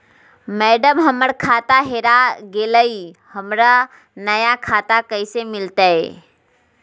madam, हमर खाता हेरा गेलई, हमरा नया खाता कैसे मिलते